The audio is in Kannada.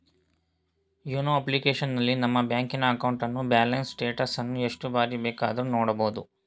ಯೋನೋ ಅಪ್ಲಿಕೇಶನಲ್ಲಿ ನಮ್ಮ ಬ್ಯಾಂಕಿನ ಅಕೌಂಟ್ನ ಬ್ಯಾಲೆನ್ಸ್ ಸ್ಟೇಟಸನ್ನ ಎಷ್ಟು ಸಾರಿ ಬೇಕಾದ್ರೂ ನೋಡಬೋದು